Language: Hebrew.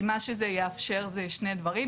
כי מה שזה יאפשר זה שני דברים.